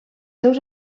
seus